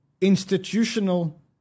institutional